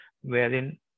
Wherein